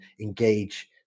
engage